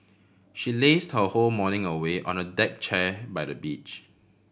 she lazed her whole morning away on the deck chair by the beach